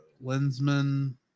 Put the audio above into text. Lensman